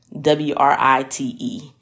W-R-I-T-E